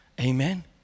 Amen